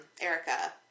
Erica